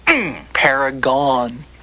Paragon